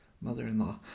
mother-in-law